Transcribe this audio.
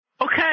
Okay